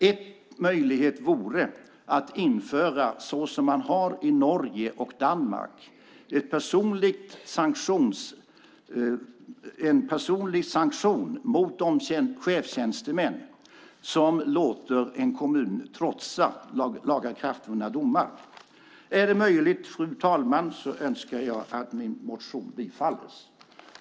En möjlighet vore att införa en personlig sanktion mot de chefstjänstemän som låter en kommun trotsa lagakraftvunna domar, såsom man har i Norge och Danmark. Fru talman! Om det är möjligt önskar jag att min motion bifalles.